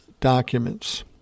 documents